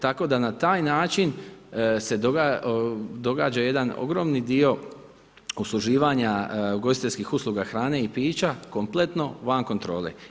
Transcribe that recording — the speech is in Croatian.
Tako da na taj način se događa jedan ogromni dio usluživanja ugostiteljskih usluga hrane i pića, kompletno van kontrole.